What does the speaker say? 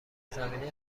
زمینه